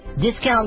Discount